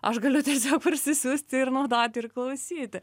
aš galiu tiesiog parsisiųsti ir naudoti ir klausyti